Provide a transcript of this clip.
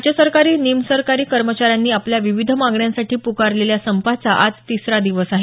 राज्य सरकारी निमसरकारी कर्मचाऱ्यांनी आपल्या विविध मागण्यांसाठी प्कारलेल्या संपाचा आज तिसरा दिवस आहे